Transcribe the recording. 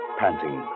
panting